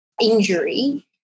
injury